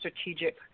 strategic